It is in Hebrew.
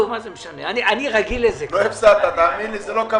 למעשה עוסק בדחיית המועדים לתשלום מס או לתשלום